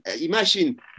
imagine